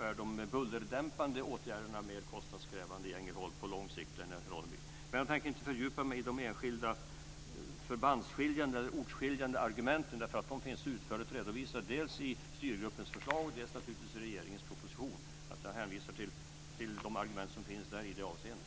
är de bullerdämpande åtgärderna på lång sikt mer kostnadskrävande i Ängelholm än i Ronneby. Jag tänker inte fördjupa mig i de enskilda förbandsskiljande, ortsskiljande, argumenten. De finns utförligt redovisade dels i styrgruppens förslag, dels i regeringens proposition. Jag hänvisar till de argument som finns där i det avseendet.